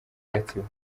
gatsibo